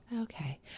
Okay